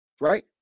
right